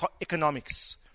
economics